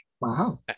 Wow